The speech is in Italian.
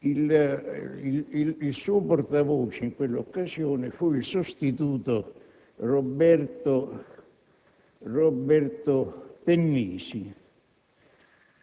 Il suo portavoce in quell'occasione fu il sostituto procuratore